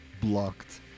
blocked